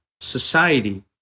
society